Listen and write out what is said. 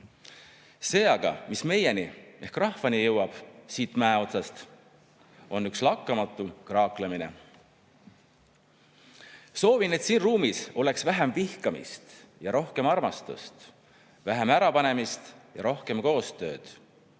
See aga, mis meie ehk rahvani siit mäe otsast jõuab, on üks lakkamatu kraaklemine. Soovin, et siin ruumis oleks vähem vihkamist ja rohkem armastust, vähem ärapanemist ja rohkem koostööd.